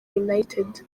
united